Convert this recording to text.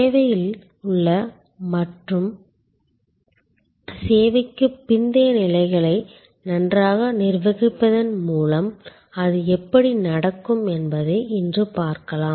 சேவையில் உள்ள மற்றும் சேவைக்குப் பிந்தைய நிலைகளை நன்றாக நிர்வகிப்பதன் மூலம் அது எப்படி நடக்கும் என்பதை இன்று பார்க்கலாம்